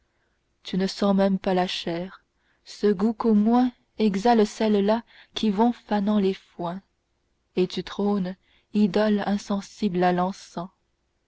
tu ne sens même pas la chair ce goût qu'au moins exhalent celles-là qui vont fanant les foins et tu trônes idole insensible à l'encens